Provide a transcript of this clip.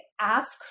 ask